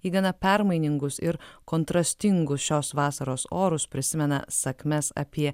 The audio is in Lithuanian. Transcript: į gana permainingus ir kontrastingus šios vasaros orus prisimena sakmes apie